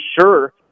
sure